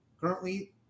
currently